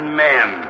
men